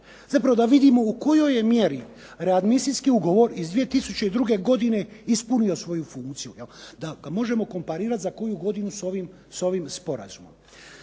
Zapravo da vidimo u kojoj je mjeri readmisijski ugovor iz 2002. godine ispunio svoju funkciju, da ga možemo komparirati za koju godinu s ovim sporazumom.